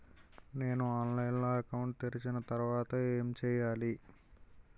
నేను ఆన్లైన్ లో అకౌంట్ తెరిచిన తర్వాత ఏం చేయాలి?